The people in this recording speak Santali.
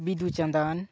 ᱵᱤᱫᱩ ᱪᱟᱸᱫᱟᱱ